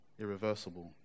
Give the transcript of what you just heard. irreversible